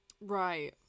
Right